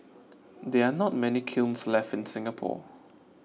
there not many kilns left in Singapore